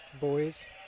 boys